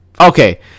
Okay